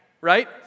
right